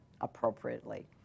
appropriately